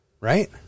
Right